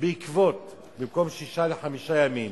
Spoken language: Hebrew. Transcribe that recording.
במקום שישה חמישה ימים